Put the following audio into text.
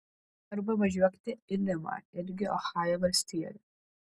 arba važiuokite į limą irgi ohajo valstijoje